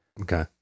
Okay